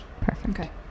Perfect